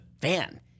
fan